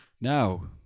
Now